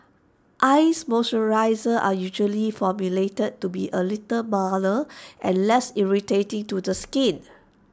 eyes moisturisers are usually formulated to be A little milder and less irritating to the skin